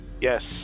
Yes